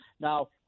Now